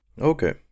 Okay